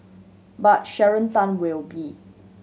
but Sharon Tan will be